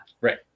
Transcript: right